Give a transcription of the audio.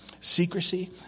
secrecy